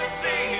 see